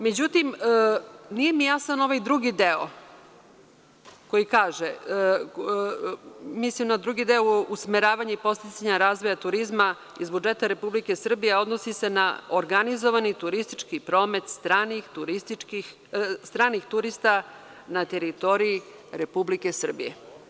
Međutim, nije mi jasan ovaj drugi deo koji kaže, mislim na drugi deo usmeravanja i podsticanja razvoja turizma iz budžeta Republike Srbije, a odnosi se na organizovani turistički promet stranih turista na teritoriji Republike Srbije.